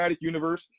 universe